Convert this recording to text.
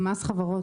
זה מס חברות.